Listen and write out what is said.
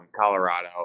Colorado